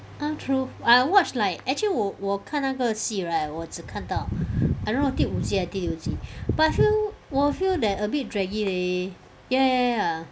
um true I watched like actually 我我看那个戏 right 我只看到 I don't know 第五集还是第六集 but I feel 我 feel that a bit draggy leh ya ya ya ya